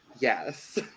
Yes